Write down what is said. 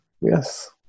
Yes